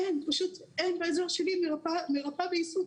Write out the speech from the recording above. אין פשוט אין באזור שלי מרפאה בעיסוק